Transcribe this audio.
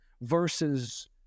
versus